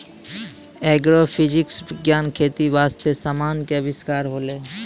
agrophysics विज्ञान खेती बास्ते समान के अविष्कार होलै